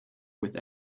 with